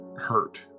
hurt